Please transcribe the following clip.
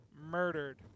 murdered